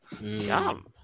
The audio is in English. Yum